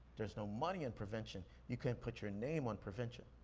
there's no money in prevention. you can't put your name on prevention.